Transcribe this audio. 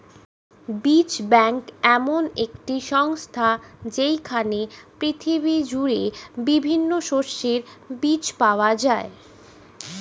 বীজ ব্যাংক এমন একটি সংস্থা যেইখানে পৃথিবী জুড়ে বিভিন্ন শস্যের বীজ পাওয়া যায়